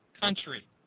country